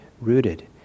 rooted